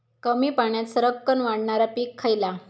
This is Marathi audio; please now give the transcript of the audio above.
कमी पाण्यात सरक्कन वाढणारा पीक खयला?